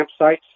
campsites